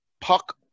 puck